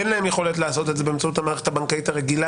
אין להם יכולת לעשות את זה באמצעות המערכת הבנקאית הרגילה